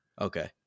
okay